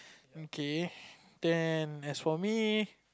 K then as for me